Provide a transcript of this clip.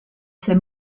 ses